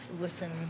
listen